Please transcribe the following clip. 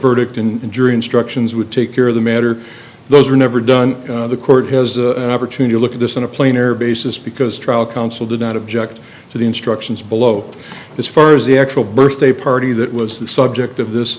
verdict and jury instructions would take care of the matter those were never done the court has an opportunity to look at this on a plane or basis because trial counsel did not object to the instructions below as far as the actual birthday party that was the subject of this